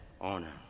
honor